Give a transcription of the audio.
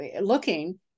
looking